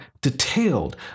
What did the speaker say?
detailed